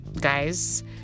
guys